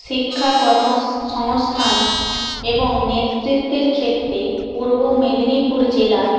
শিক্ষা কর্ম সংস্থান এবং নেতৃত্বের ক্ষেত্রে পূর্ব মেদিনীপুর জেলার